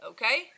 Okay